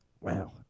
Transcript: Wow